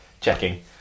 checking